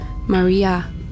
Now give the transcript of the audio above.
Maria